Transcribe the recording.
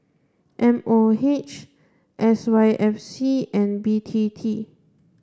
M O H S Y F C and B T T